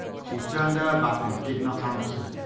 she turned her back and did not answer.